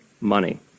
money